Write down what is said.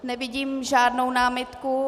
Nevidím žádnou námitku.